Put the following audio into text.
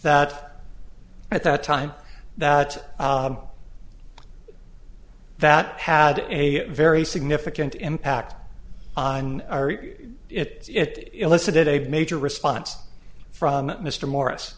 that at that time that that had a very significant impact on it it elicited a major response from mr morris